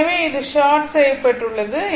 எனவே இது ஷார்ட் செய்யப்பட்டுள்ளது